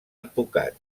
advocat